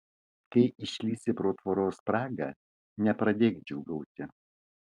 kai išlįsi pro tvoros spragą nepradėk džiūgauti